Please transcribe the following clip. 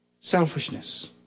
Selfishness